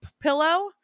pillow